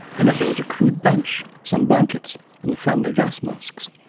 in it there was a crude bench some blankets and the family's gas masks.